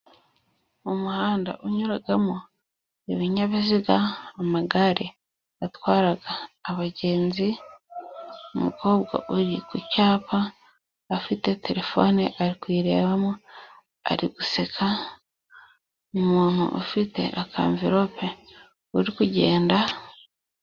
Mu muhanda unyuramo ibinyabiziga; amagare yatwaraga abagenzi, umukobwa uri ku cyapa afite telefone ari kuyirebamo ari guseka, umuntu ufite aka anverope uri kugenda